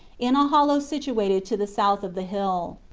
in a hollow situated to the south of the hill.